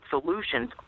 solutions